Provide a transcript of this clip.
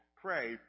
pray